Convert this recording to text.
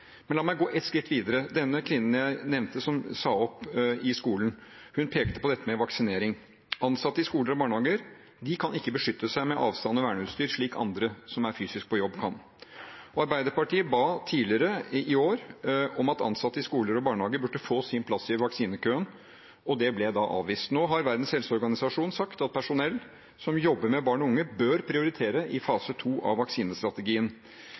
Men la meg gå ett skritt videre. Den kvinnen jeg nevnte, som sa opp i skolen, pekte på dette med vaksinering. Ansatte i skoler og barnehager kan ikke beskytte seg med avstand og verneutstyr, slik andre som er på jobb fysisk, kan. Arbeiderpartiet ba tidligere i år om at ansatte i skoler og barnehager burde få sin plass i vaksinekøen. Det ble da avvist. Nå har Verdens helseorganisasjon sagt at personell som jobber med barn og unge, bør prioriteres i fase 2 av vaksinestrategien.